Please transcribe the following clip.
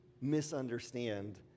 misunderstand